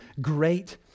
great